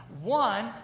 one